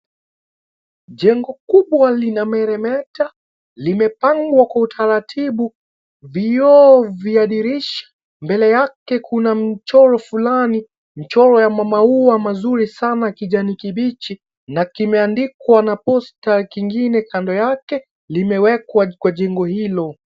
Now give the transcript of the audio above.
Jengo kubwa linameremeta limepangwa kwa utaratibu. Vioo vya dirisha. Mbele yake kuna mchoro fulani, mchoro ya maua mazuri sana ya kijani kibichi na kimeandikwa na poster kingine kando yake na limewekwa kwa jengo hilo.